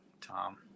Tom